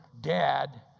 dad